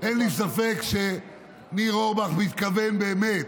אין לי ספק שניר אורבך מתכוון באמת.